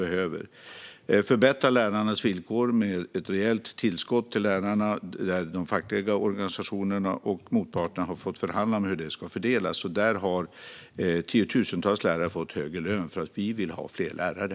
Det handlar om att förbättra lärarnas villkor med ett rejält tillskott till lärarna. De fackliga organisationerna och motparterna har fått förhandla om hur det ska fördelas. Tiotusentals lärare har fått högre lön, för vi vill ha fler lärare.